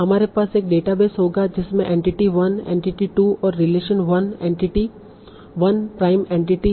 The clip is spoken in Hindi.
हमारे पास एक डेटाबेस होगा जिसमें एंटिटी 1 एंटिटी 2 और रिलेशन 1 एंटिटी 1 प्राइम एंटिटी